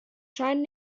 scheinen